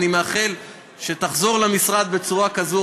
ואני מאחל שתחזור למשרד בצורה כזאת או